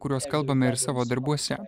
kuriuos kalbame ir savo darbuose